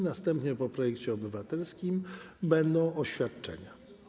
Następnie po projekcie obywatelskim będą oświadczenia.